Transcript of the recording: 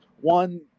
one